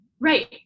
Right